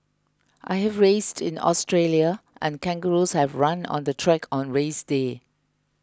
I have raced in Australia and kangaroos have run on the track on race day